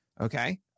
Okay